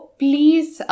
please